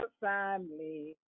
family